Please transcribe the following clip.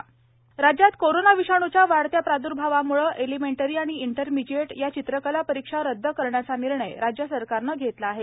चित्रकला परीक्षा रदद एयर राज्यात कोरोना विषाणूच्या वाढत्या प्रादुर्भावामुळे एलिमेंटरी आणि इंटरमीडिएट या चित्रकला परीक्षा रदद करण्याचा निर्णय राज्य सरकारनं घेतला आहे